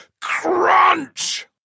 crunch